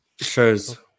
Shows